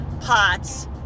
pots